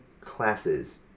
classes